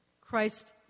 Christ